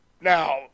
now